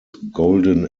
golden